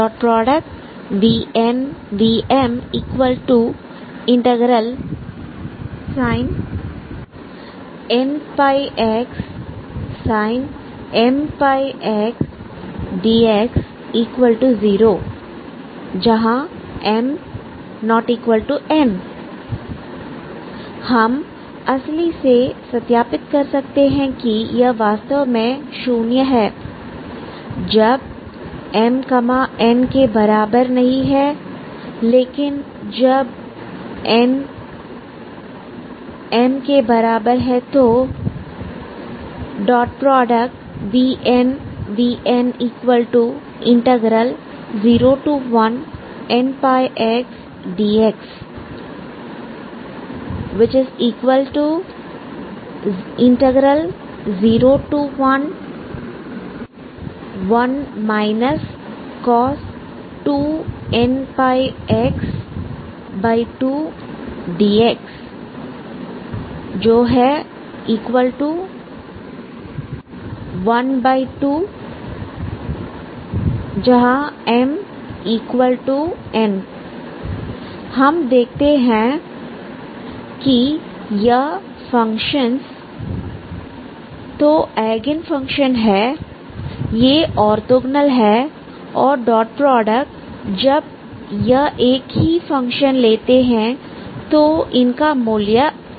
⟨vnvm⟩01sin nπx sin mπx dx0 m≠n हम असली से सत्यापित कर सकते हैं कि यह वास्तव में शून्य है जब m n के बराबर नहीं है लेकिन जब n एम के बराबर है तो ⟨vnvn⟩01nπx dx011 cos 2nπx 2dx12 mn हम देखते हैं कि यह फंक्शंस तो एगेनफंक्शंस है ये ऑर्थोगोनल हैं और डॉट प्रोडक्ट जब यह एक ही फंक्शन लेते हैं तो इनका मूल्य आधा होता है